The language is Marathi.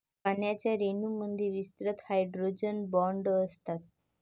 पाण्याच्या रेणूंमध्ये विस्तृत हायड्रोजन बॉण्ड असतात